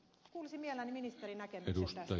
kuulisin mielelläni ministerin näkemyksiä tästä